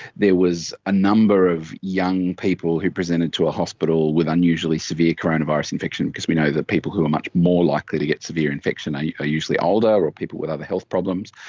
there was a number of young people who presented to a hospital with unusually severe coronavirus infection, because we know the people who are much more likely to get severe infection are usually older or people with other health problems.